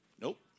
Nope